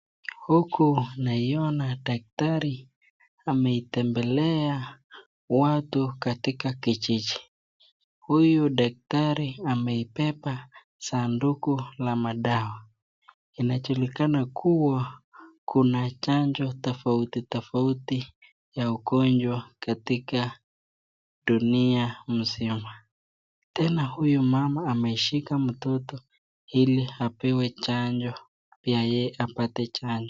Huku naiona daktari ametembelea watu katika Kijiji ,huyu daktari ameibeba saduku la madawa , inajulikana kuwa kuna chanjo tofauti tofauti ya ugonjwa katika dunia nzima , tena huyu mama ameshika mtoto ili apewe chanjo pia yeye apate chanjo.